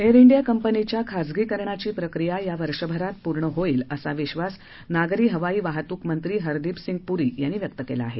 air India कंपनीच्या खासगीकरणाची प्रक्रिया या वर्षभरात पूर्ण होईल असा विश्वास नागरी हवाई वाहतूक मंत्री हरदीप सिंग पूरी यांनी व्यक्त केला आहे